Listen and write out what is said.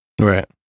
right